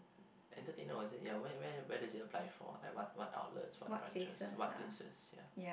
entertainer or is it ya where where where does it apply for like what what outlets what branches what places ya